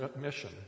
mission